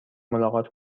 ملاقات